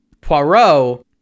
Poirot